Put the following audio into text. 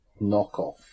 knockoff